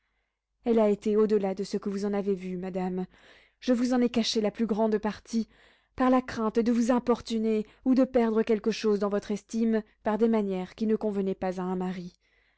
elle a été au-delà de ce que vous en avez vu madame je vous en ai caché la plus grande partie par la crainte de vous importuner ou de perdre quelque chose de votre estime par des manières qui ne convenaient pas à un mari